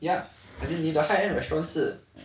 ya as in 你的 high end restaurants 是